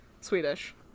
Swedish